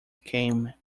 came